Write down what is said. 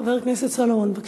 חבר הכנסת סולומון, בבקשה.